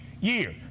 year